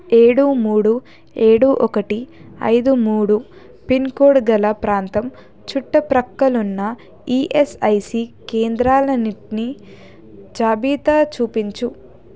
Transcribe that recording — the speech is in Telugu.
ఏడు మూడు ఏడు ఒకటి ఐదు మూడు పిన్ కోడ్ గల ప్రాంతం చుట్టు ప్రక్కలున్న ఈఎస్ఐసీ కేంద్రాలన్నిటినీ జాబితా చూపించు